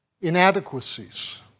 inadequacies